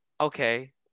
okay